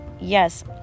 yes